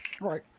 Right